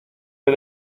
vez